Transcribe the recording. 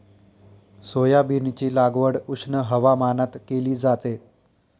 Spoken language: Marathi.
सोयाबीनची लागवड उष्ण हवामानात केली जाते